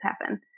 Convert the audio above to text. happen